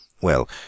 Well